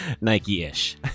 Nike-ish